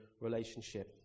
relationship